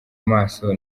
maso